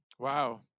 Wow